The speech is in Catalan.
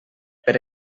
per